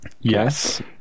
Yes